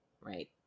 right